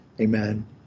Amen